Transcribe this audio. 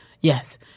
yes